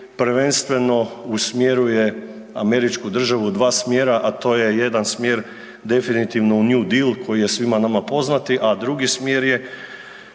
prvenstveno usmjeruje američku državu u dva smjera, a to je jedan smjer definitivno u nex deal koji je nama svima poznati, a drugi smjer je